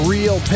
Real